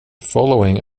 following